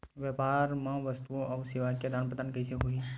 व्यापार मा वस्तुओ अउ सेवा के आदान प्रदान कइसे होही?